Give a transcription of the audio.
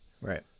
Right